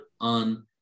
on